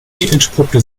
entpuppte